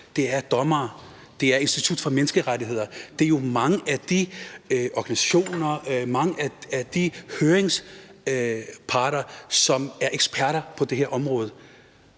det er dommere, det er Institut for Menneskerettigheder, det er jo mange af de organisationer, mange af de høringsparter, som er eksperter på det her område.